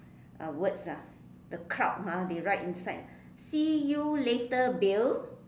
a words ah the cloud ha they write inside see you later Bill